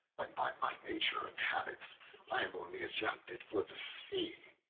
when by my nature and habits i am only adapted for the sea?